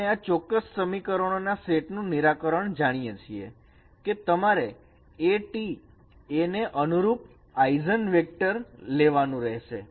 આપણે આ ચોક્કસ સમીકરણોના સેટ નું નિરાકરણ જાણીએ છીએ કે તમારે AT A ને અનુરૂપ આઇઝનવેક્ટર લેવાનું રહેશે